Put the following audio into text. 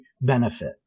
benefit